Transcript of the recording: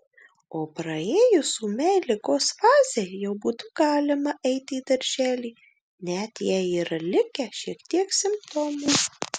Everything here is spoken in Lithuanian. o praėjus ūmiai ligos fazei jau būtų galima eiti į darželį net jei yra likę šiek tiek simptomų